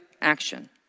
action